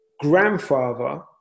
grandfather